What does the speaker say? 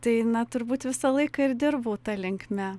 tai turbūt visą laiką ir dirbau ta linkme